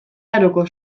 aroko